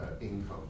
income